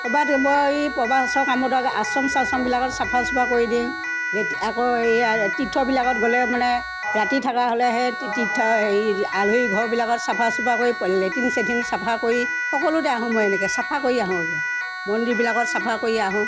ক'ৰবাত মই প্ৰবাশৰ কাৰণে আশ্ৰম চাশ্ৰমবিলাকত চাফা চুফা কৰি দিওঁ লেট্ৰিন আকৌ এই ইয়াৰ তীৰ্থবিলাকত গ'লে মানে ৰাতি থাকা হ'লে সেই তীৰ্থ হেৰি আলহী ঘৰবিলাকত চাফা চুফা কৰি লেট্ৰিন চেট্ৰিন চাফা কৰি সকলোতে আহোঁ মই এনেকৈ চাফা কৰি আহোঁ হ'লে মন্দিৰবিলাকত চাফা কৰি আহোঁ